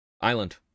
Island